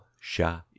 sha